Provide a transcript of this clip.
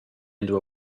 into